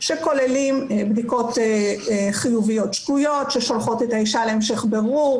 שכוללים בדיקות חיוביות שגויות ששולחות את האישה להמשך בירור,